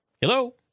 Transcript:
hello